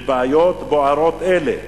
מבעיות בוערות אלה.